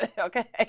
okay